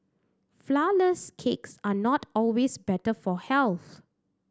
flourless cakes are not always better for health